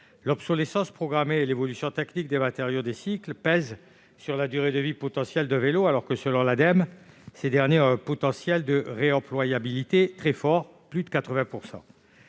L'obsolescence programmée et l'évolution technique des matériaux des cycles pèsent sur la durée de vie potentielle des vélos, alors que, selon l'Ademe, ces derniers ont un potentiel de réemployabilité très fort, à plus de 80 %.